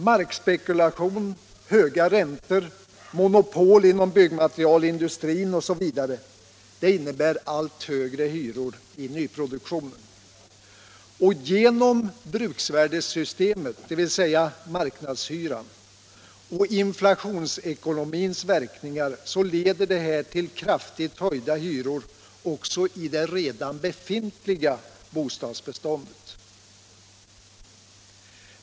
Markspekulation, höga räntor, monopol inom byggmaterialindustrin osv. innebär allt högre hyror i nyproduktionen. Bruksvärdessystemet — dvs. marknadshyran — och inflationsekonomins verkningar leder sedan till kraftigt höjda hyror också i det redan befintliga bostadsbeståndet.